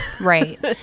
right